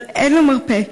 אבל אין לו מרפא.